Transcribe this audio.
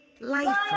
life